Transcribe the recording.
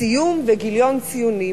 סיום וגיליון ציונים.